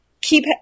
keep